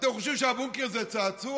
אתם חושבים שהבונקר זה צעצוע?